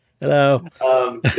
Hello